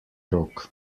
rok